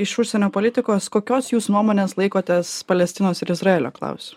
iš užsienio politikos kokios jūs nuomonės laikotės palestinos ir izraelio klausimu